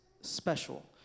special